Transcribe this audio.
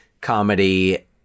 comedy